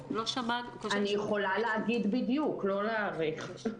אני יכולה להגיד בדיוק, לא להעריך.